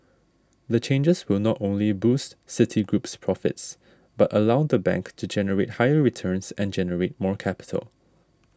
the changes will not only boost Citigroup's profits but allow the bank to generate higher returns and generate more capital